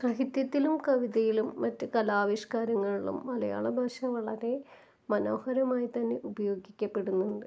സാഹിത്യത്തിലും കവിതയിലും മറ്റ് കലാവിഷ്ക്കാരങ്ങളിലും മലയാള ഭാഷ വളരേ മനോഹരമായിത്തന്നെ ഉപയോഗിക്കപ്പെടുന്നുണ്ട്